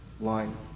line